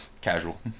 Casual